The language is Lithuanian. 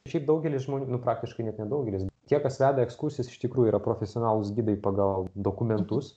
šiaip daugelis žmonių nu praktiškai net ne daugelis tie kas veda ekskursijas iš tikrųjų yra profesionalūs gidai pagal dokumentus